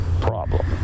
problem